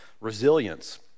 resilience